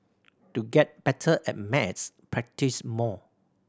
to get better at maths practise more